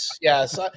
yes